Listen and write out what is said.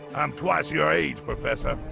i'm twice your age professor,